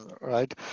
right